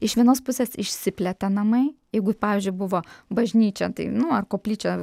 iš vienos pusės išsiplėtė namai jeigu pavyzdžiui buvo bažnyčia tai nu ar koplyčia